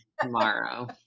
tomorrow